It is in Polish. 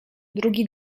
drugi